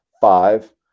five